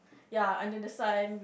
ya under the sun